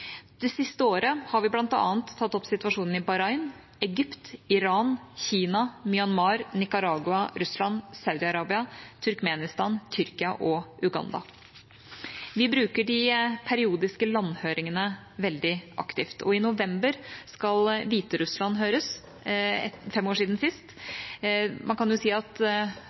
Det siste året har vi bl.a. tatt opp situasjonen i Bahrain, Egypt, Iran, Kina, Myanmar, Nicaragua, Russland, Saudi-Arabia, Turkmenistan, Tyrkia og Uganda. Vi bruker de periodiske landhøringene veldig aktivt. I november skal Hviterussland høres. Det er fem år siden sist. Man kan si at